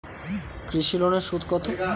কৃষি লোনের সুদ কত?